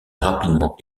rapidement